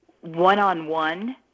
one-on-one